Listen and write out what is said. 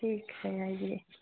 ठीक है आइए